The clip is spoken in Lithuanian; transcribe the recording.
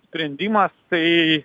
sprendimas tai